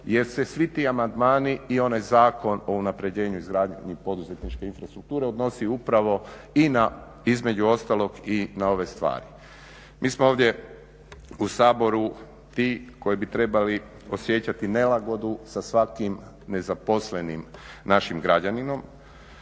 jer se svi ti amandmani i onaj zakon o unapređenju, izgradnji poduzetničke infrastrukture odnosi upravo i na između ostalog na ove stvari. Mi smo ovdje u Saboru ti koji bi trebali osjećati nelagodu sa svakim nezaposlenim našim građaninom